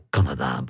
Canada